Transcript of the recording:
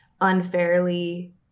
unfairly